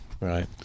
Right